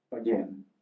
Again